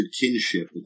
kinship